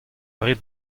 rit